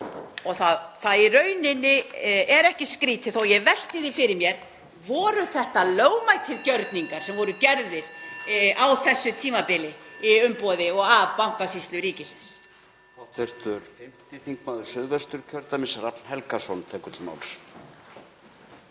og það er í rauninni ekki skrýtið þó að ég velti því fyrir mér: Voru þetta lögmætir gjörningar sem voru gerðir á þessu tímabili í umboði og af Bankasýslu ríkisins?